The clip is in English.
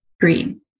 green